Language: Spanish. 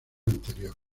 anterior